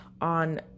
on